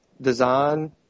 design